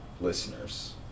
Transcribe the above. listeners